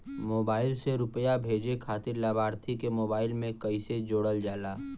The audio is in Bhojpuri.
मोबाइल से रूपया भेजे खातिर लाभार्थी के मोबाइल मे कईसे जोड़ल जाला?